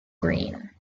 green